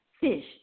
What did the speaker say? Fish